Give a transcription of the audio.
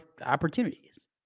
opportunities